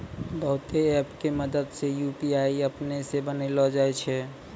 बहुते ऐप के मदद से यू.पी.आई अपनै से बनैलो जाय छै